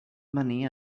money